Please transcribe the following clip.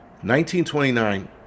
1929